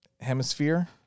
hemisphere